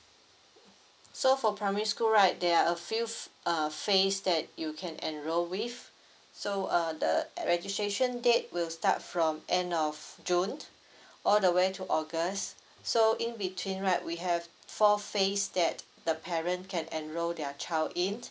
so for primary school right there are a few uh phase that you can enroll with so uh the registration date will start from end of june all the way to august so in between right we have four phase that the parent can enroll their child in